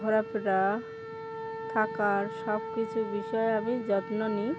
ঘোরাফেরা থাকার সব কিছু বিষয়ে আমি যত্ন নিই